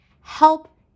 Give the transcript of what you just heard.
help